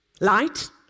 Light